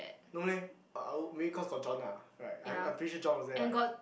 no leh I I will maybe cause got John ah right I I'm pretty sure John was there right